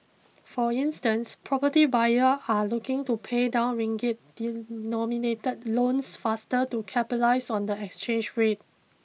for instance property buyers are looking to pay down Ringgit denominated loans faster to capitalise on the exchange rate